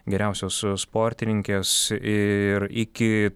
geriausios sportininkės ir iki